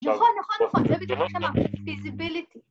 ‫נכון, נכון, נכון, ‫זה בידיוק מה שאמרתי פיזיביליטי.